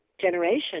generation